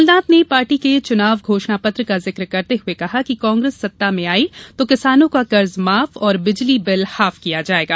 कमलनाथ ने पार्टी के चुनाव घोषणापत्र का जिक करते हुए कहा कि कांग्रेस सत्ता में आई तो किसानों का कर्ज माफ और बिजली बिल हाफ किया जायेगा